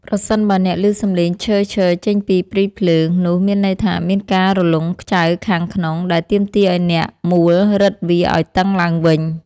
ប្រសិនបើអ្នកឮសំឡេងឆីៗចេញពីព្រីភ្លើង នោះមានន័យថាមានការរលុងខ្ចៅខាងក្នុង ដែលទាមទារឱ្យអ្នកមួលរឹតវាឱ្យតឹងឡើងវិញ។